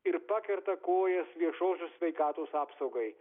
ir pakerta kojas viešosios sveikatos apsaugai